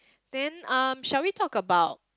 then um shall we talk about